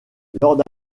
lors